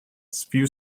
few